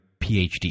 PhD